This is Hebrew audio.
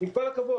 עם כל הכבוד,